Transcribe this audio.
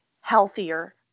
healthier